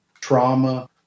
trauma